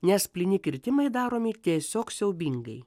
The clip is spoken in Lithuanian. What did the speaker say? nes plyni kirtimai daromi tiesiog siaubingai